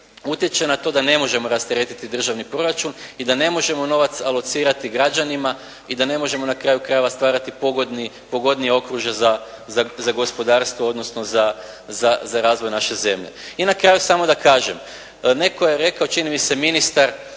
utječe na to da ne možemo rasteretiti državni proračun i da ne možemo novac alocirati građanima i da ne možemo na kraju krajeva stvarati pogodni, pogodnije okružje za gospodarstvo odnosno za razvoj naše zemlje. I na kraju samo da kažem. Netko je rekao, čini mi se ministar